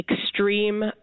extreme